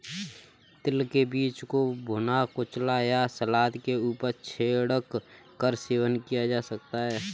तिल के बीज को भुना, कुचला या सलाद के ऊपर छिड़क कर सेवन किया जा सकता है